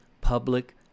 public